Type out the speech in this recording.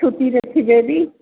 ଛୁଟିରେ ଥିବେ ବି